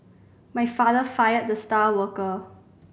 my father fired the star worker